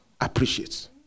appreciates